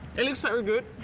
it looks very good,